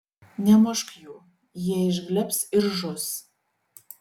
nemušk jų jie išglebs ir žus